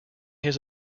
his